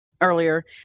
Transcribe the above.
earlier